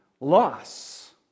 loss